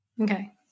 Okay